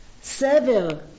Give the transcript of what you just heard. Seven